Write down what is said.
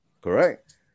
Correct